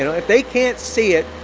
you know if they can't see it,